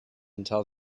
until